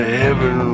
heaven